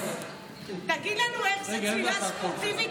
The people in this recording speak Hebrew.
תגיד לנו איך זה צלילה ספורטיבית,